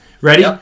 ready